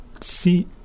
see